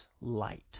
light